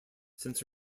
since